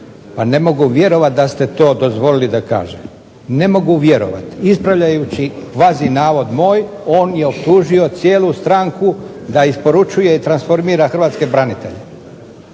a ne mogu vjerovati da ste to dozvolili da kaže. Ne mogu vjerovati. Ispravljajući kvazi navod moj, on je optužio cijelu stranku da isporučuje i transformira hrvatske branitelje.